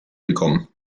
bekommen